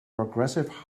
progressive